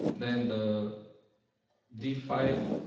then the d five,